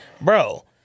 bro